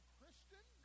Christian